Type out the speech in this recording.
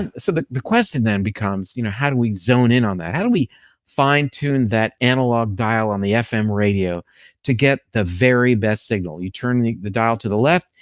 and so the the question then becomes you know how do we zone in on that? how do we fine-tune that analog dial on the fm radio to get the very best signal? you turn the the dial to the left,